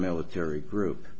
military group